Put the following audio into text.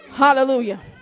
Hallelujah